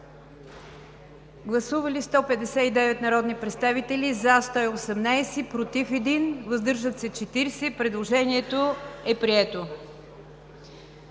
Гласували 159 народни представители: за 118, против 1, въздържали се 40. Предложението е прието.